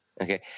Okay